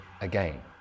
again